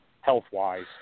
health-wise